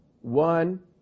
one